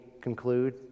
conclude